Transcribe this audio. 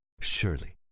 Surely